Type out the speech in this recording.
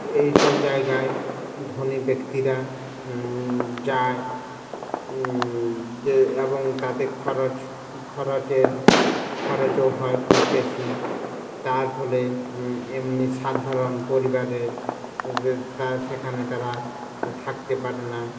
এই সব জায়গায় ধনী ব্যক্তিরা যায় যে এবং তাতে খরচ খরচের খরচও হয় খুব বেশি তার ফলে এমনি সাধারণ পরিবারের তার সেখানে তারা থাকতে পারে না